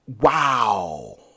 Wow